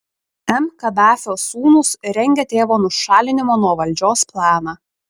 m kadafio sūnūs rengia tėvo nušalinimo nuo valdžios planą